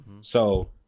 So-